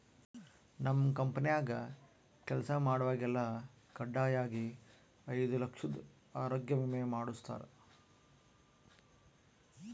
ನಮ್ ಕಂಪೆನ್ಯಾಗ ಕೆಲ್ಸ ಮಾಡ್ವಾಗೆಲ್ಲ ಖಡ್ಡಾಯಾಗಿ ಐದು ಲಕ್ಷುದ್ ಆರೋಗ್ಯ ವಿಮೆ ಮಾಡುಸ್ತಾರ